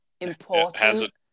important